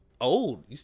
old